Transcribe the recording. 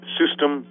system